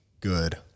good